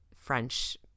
french